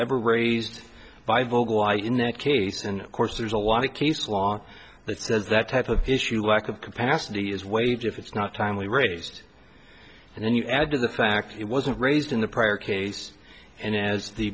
ever raised by vote why in that case and of course there's a lot of case law that says that type of issue lack of capacity is wage if it's not timely raised and then you add to the fact it wasn't raised in the prior case and as the